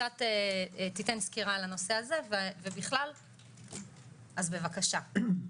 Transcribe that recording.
תן סקירה בנושא ובכלל, בבקשה.